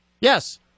Yes